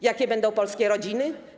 Jakie będą polskie rodziny?